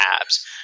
abs